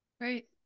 Right